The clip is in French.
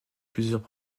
plusieurs